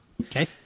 Okay